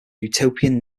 utopian